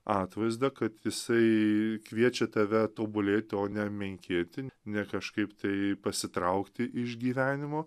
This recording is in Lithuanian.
atvaizdą kad jisai kviečia tave tobulėti o ne menkėti ne kažkaip tai pasitraukti iš gyvenimo